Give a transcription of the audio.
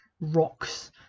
rocks